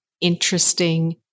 interesting